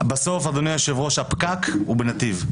אדוני היושב ראש, בסוף הפקק הוא בנתיב.